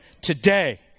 Today